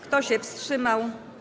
Kto się wstrzymał?